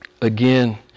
again